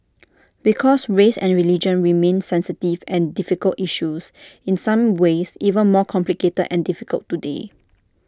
because race and religion remain sensitive and difficult issues in some ways even more complicated and difficult today